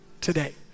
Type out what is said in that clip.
today